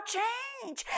change